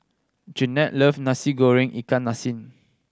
Jennette love Nasi Goreng ikan masin